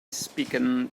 speaking